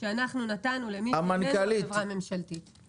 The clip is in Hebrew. שאנחנו נתנו למי שאיננו חברה ממשלתית.